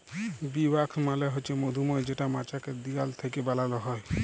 bee wax মালে হছে মধুমম যেটা মচাকের দিয়াল থ্যাইকে বালাল হ্যয়